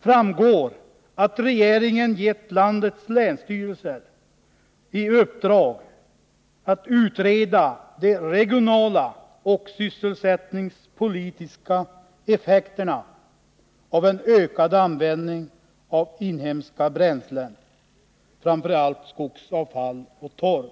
framgår att regeringen gett landets länsstyrelser i uppdrag att utreda de regionala och sysselsättningspolitiska effekterna av en ökad användning av inhemska bränslen, framför allt skogsavfall och torv.